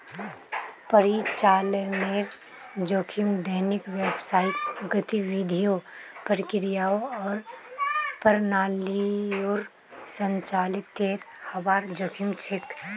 परिचालनेर जोखिम दैनिक व्यावसायिक गतिविधियों, प्रक्रियाओं आर प्रणालियोंर संचालीतेर हबार जोखिम छेक